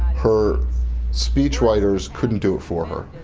her speech writers couldn't do it for her.